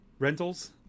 rentals